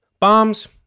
Bombs